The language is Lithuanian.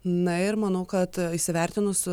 na ir manau kad įsivertinus